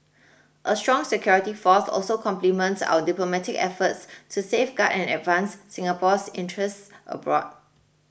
a strong security force also complements our diplomatic efforts to safeguard and advance Singapore's interests abroad